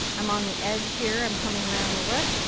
i'm on the edge here. i'm coming around the lip,